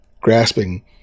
grasping